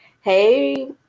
hey